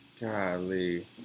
Golly